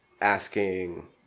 asking